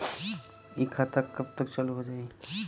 इ खाता कब तक चालू हो जाई?